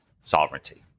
sovereignty